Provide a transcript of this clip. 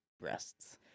breasts